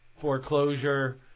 foreclosure